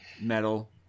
metal